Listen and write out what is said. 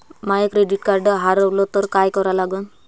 माय credit card हारवलं तर काय करा लागन?